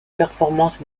performances